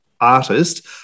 artist